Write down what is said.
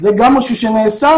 זה גם משהו שנעשה,